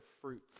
fruits